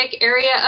area